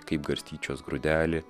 kaip garstyčios grūdelį